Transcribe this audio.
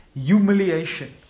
humiliation